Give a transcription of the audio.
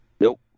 Nope